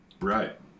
Right